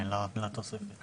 למה את לא רוצה את התוספת?